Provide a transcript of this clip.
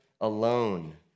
alone